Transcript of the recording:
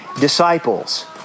disciples